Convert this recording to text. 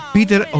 Peter